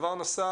דבר נוסף,